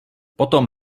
potom